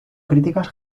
críticas